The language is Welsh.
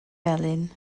felyn